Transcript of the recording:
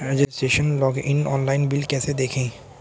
Registration login online bill कैसे देखें?